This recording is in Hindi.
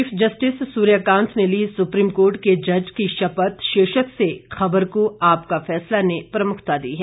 चीफ जस्टिस सूर्याकांत ने ली सुप्रीम कोर्ट के जज की शपथ शीर्षक से खबर को आपका फैसला ने प्रमुखता दी है